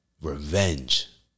revenge